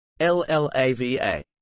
LLAVA